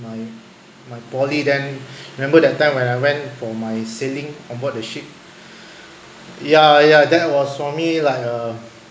my my poly then remember that time when I went for my sailing onboard the ship ya ya that was for me like uh